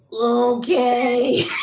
Okay